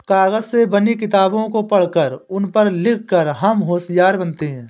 कागज से बनी किताबों को पढ़कर उन पर लिख कर हम होशियार बनते हैं